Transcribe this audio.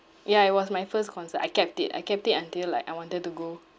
ya it was my first concert I kept it I kept it until like I wanted to go